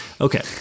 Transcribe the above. Okay